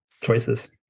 choices